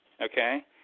okay